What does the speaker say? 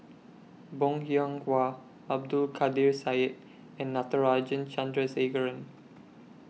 Bong Hiong Hwa Abdul Kadir Syed and Natarajan Chandrasekaran